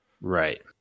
right